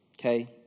Okay